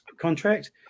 contract